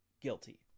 guilty